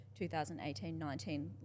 2018-19